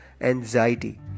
anxiety